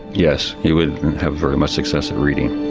yes, he wouldn't have very much success at reading.